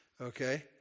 okay